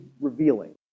revealing